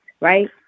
right